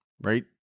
Right